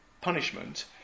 punishment